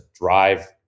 drive